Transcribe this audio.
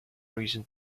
reason